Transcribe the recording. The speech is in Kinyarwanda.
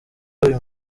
uyu